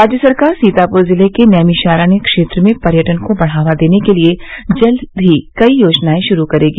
राज्य सरकार सीतापुर ज़िले के नैमिषारण्य क्षेत्र में पर्यटन को बढ़ावा देने के लिए जल्द ही कई योजनाएं शुरू करेगी